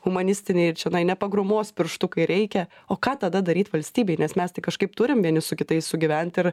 humanistiniai čionai nepagrūmos pirštu kai reikia o ką tada daryt valstybei nes mes tai kažkaip turim vieni su kitais sugyvent ir